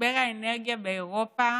משבר האנרגיה באירופה